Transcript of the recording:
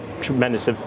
tremendous